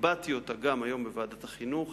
הבעתי אותה גם היום בוועדת החינוך.